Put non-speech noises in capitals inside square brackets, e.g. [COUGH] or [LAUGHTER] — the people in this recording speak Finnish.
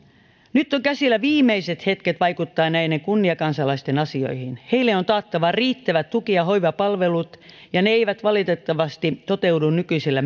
nyt ovat käsillä viimeiset hetket vaikuttaa näiden kunniakansalaisten asioihin heille on taattava riittävät tuki ja hoivapalvelut ja ne eivät valitettavasti toteudu nykyisillä [UNINTELLIGIBLE]